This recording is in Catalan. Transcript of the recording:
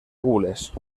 gules